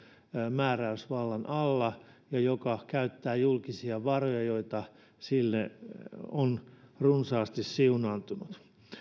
määräysvallan alla ja joka käyttää julkisia varoja joita sille on runsaasti siunaantunut